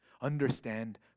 Understand